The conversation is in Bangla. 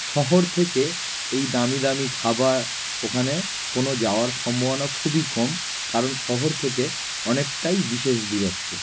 শহর থেকে এই দামি দামি খাবার ওখানে কোনো যাওয়ার সম্ভাবনা খুবই কম কারণ শহর থেকে অনেকটাই বিশেষ দূরত্বে